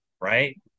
right